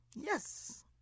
Yes